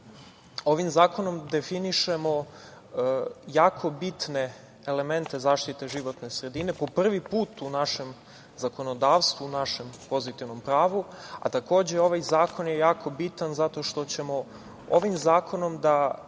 Ovim zakonom definišemo jako bitne elemente zaštite životne sredine prvi put u našem zakonodavstvu, u našem pozitivnom pravu, a takođe ovaj zakon je jako bitan zato što ćemo ovim zakonom da